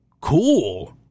cool